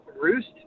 roost